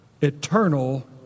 eternal